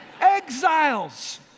Exiles